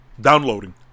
downloading